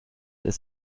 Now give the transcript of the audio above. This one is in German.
ist